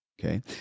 Okay